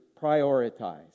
prioritize